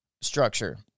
structure